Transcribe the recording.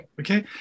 okay